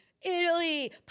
Italy